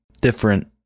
different